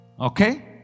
Okay